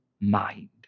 mind